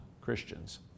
Christians